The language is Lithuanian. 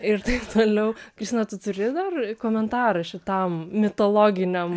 ir taip toliau kristina tu turi dar komentarą šitam mitologiniam